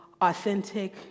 authentic